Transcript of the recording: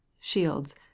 Shields